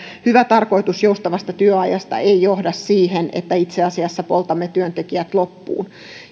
hyvä tarkoitus joustavasta työajasta ei johda siihen että itse asiassa poltamme työntekijät loppuun